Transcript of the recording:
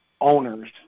owners